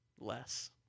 Less